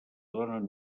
donen